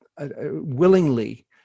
willingly